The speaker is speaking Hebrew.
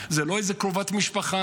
זו לא איזו קרובת משפחה,